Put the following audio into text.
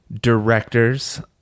directors